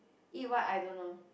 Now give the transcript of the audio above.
eat what I don't know